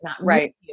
Right